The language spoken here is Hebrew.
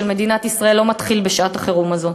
מדינת ישראל לא מתחיל בשעת החירום הזאת,